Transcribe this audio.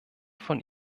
von